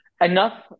enough